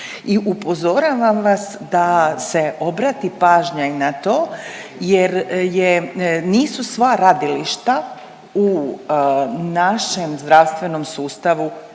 upozoravam vas da se obrati pažnja i na to jer je, nisu sva radilišta u našem zdravstvenom sustavu